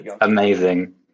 Amazing